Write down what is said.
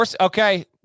Okay